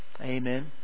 Amen